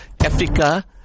Africa